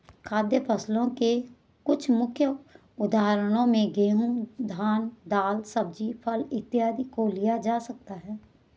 खाद्य फसलों के कुछ प्रमुख उदाहरणों में गेहूं, धान, दाल, सब्जी, फल इत्यादि को लिया जा सकता है